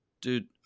Dude